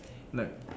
like